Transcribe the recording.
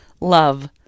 love